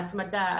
ההתמדה,